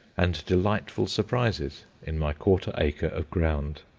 and delightful surprises, in my quarter-acre of ground!